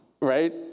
right